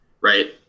right